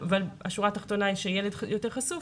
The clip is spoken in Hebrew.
והשורה התחתונה היא שיש ילד שהוא יותר חשוף,